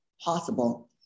possible